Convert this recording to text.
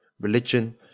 religion